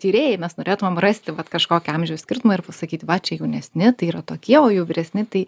tyrėjai mes norėtumėm rasti vat kažkokį amžiaus skirtumą ir pasakyt va čia jaunesni tai yra tokie o jau vyresni tai